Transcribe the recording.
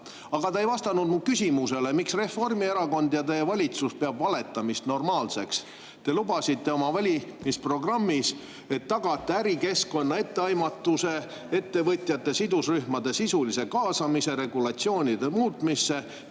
Aga te ei vastanud mu küsimusele, miks Reformierakond ja teie valitsus peavad valetamist normaalseks. Te lubasite oma valimisprogrammis, et tagate ärikeskkonna etteaimatavuse, ettevõtjate sidusrühmade sisulise kaasamise regulatsioonide muutmisse